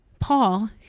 Paul